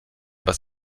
was